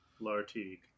Lartigue